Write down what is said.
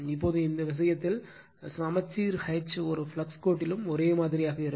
இப்போது இந்த விஷயத்தில் சமச்சீர் H ஒவ்வொரு ஃப்ளக்ஸ் கோட்டிலும் ஒரே மாதிரியாக இருக்கும்